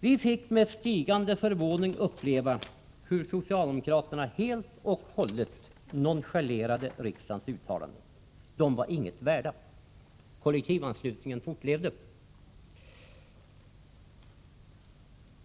Vi fick emellertid med stigande förvåning uppleva hur socialdemokraterna helt och hållet nonchalerade riksdagens uttalanden. De var inget värda. Kollektivanslutningen fortlevde.